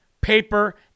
Paper